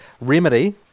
remedy